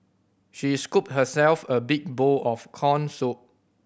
she scooped herself a big bowl of corn soup